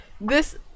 this-